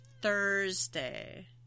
Thursday